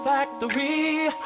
Factory